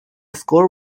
score